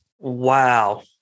Wow